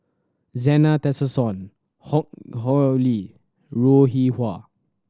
Zena Tessensohn Hock Ho Lee Loo Rih Hwa